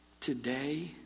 Today